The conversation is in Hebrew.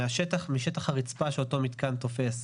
משטח הרצפה שאותו מתקן תופס,